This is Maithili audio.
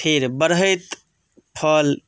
फेरि बढ़ैत फल